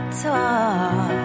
talk